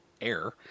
air